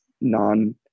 non